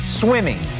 Swimming